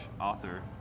author